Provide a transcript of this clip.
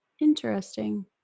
interesting